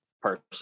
person